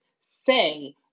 say